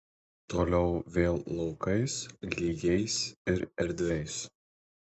toliau vėl laukais lygiais ir erdviais